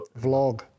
Vlog